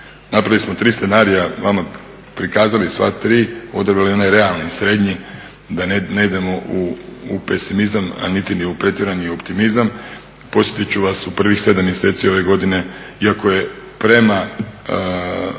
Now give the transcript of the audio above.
Napravili smo tri scenarija, vama prikazali sva tri, odabrali onaj realni srednji da ne idemo u pesimizam a niti ni u pretjerani optimizam. Podsjetit ću vas u prvih sedam mjeseci ove godine iako je prema